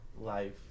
life